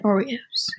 Oreos